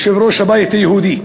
יושב-ראש הבית היהודי,